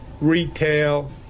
retail